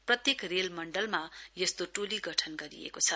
प्रत्येक रेल मण्डलमा यस्तो टोली गठन गरिएको छ